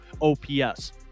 OPS